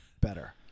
better